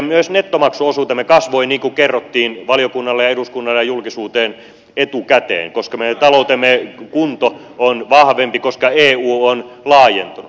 myös meidän nettomaksuosuutemme kasvoi niin kuin kerrottiin valiokunnalle ja eduskunnalle ja julkisuuteen etukäteen koska meidän taloutemme kunto on vahvempi koska eu on laajentunut